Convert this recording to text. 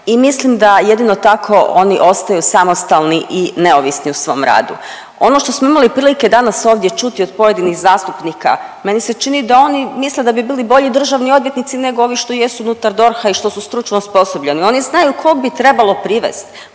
I mislim da jedino tako oni ostaju samostalni i neovisni u svom radu. Ono što smo imali prilike danas ovdje čuti od pojedinih zastupnika, meni se čini da oni misle da bi bili bolji državni odvjetnici nego ovi što jesu unutar DORH-a i što su stručno osposobljeni, oni znaju kog bi trebalo privest,